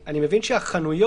אני מבין שהחנויות,